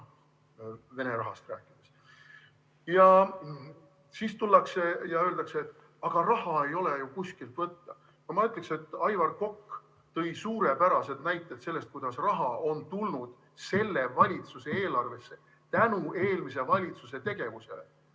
Vene rahast rääkides. Siis tullakse ja öeldakse, et aga raha ei ole ju kuskilt võtta. Ma ütleks, et Aivar Kokk tõi suurepärased näited selle kohta, kuidas raha on tulnud selle valitsuse eelarvesse sadades miljonites tänu eelmise valitsuse tegevusele.